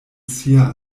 sia